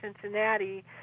Cincinnati